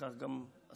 וכך גם השר